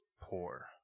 poor